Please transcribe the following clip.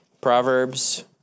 Proverbs